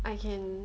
I can